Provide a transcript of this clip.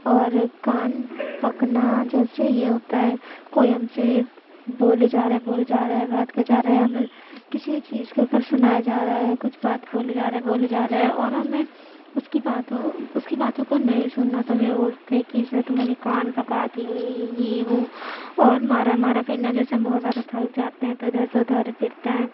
اور کان پکنا جیسے یہ ہوتا ہے کوئی ہم سے بولے جا رہا ہے بولے جا رہا ہے بات کیے جا رہا ہے ہمیں کسی چیز کے اوپر سنائے جا رہا ہے کچھ بات بولے جا رہا ہے بولے جا رہا ہے اور ہمیں اس کی باتوں اس کی باتوں کو نہیں سننا تو ہم یہ بولتے ہیں کہ اس نے تو میرے کان پکا دیے یہ وہ اور مارا مارا پھرنا جیسے ہم بہت زیادہ تھک جاتے ہیں تو ادھر سے ادھر پھرتے ہیں